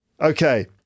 Okay